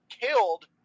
killed